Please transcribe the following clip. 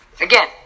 again